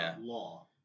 law